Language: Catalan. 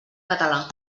català